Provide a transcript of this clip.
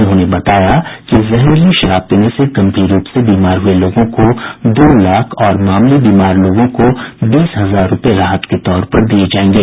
उन्होंने बताया कि जहरीली शराब पीने से गम्भीर रूप से बीमार हुये लोगों को दो लाख और मामूली बीमार लोगों को बीस हजार रूपये राहत के तौर पर दिये जायेंगे